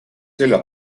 selja